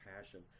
passion